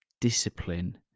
discipline